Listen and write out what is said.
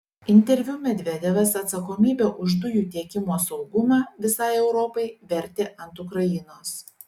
interviu medvedevas atsakomybę už dujų tiekimo saugumą visai europai vertė ant ukrainos